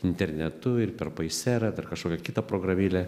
internetu ir per paysera ir kažkokia kita programėlę